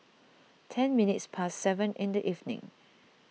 ten minutes past seven in the evening